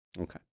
Okay